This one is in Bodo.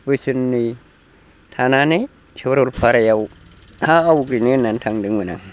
बोसोरनै थानानै सरलपारायाव हा आवग्रिनो होननानै थांदोंमोन आं